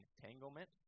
entanglement